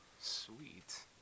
sweet